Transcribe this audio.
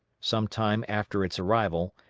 some time after its arrival,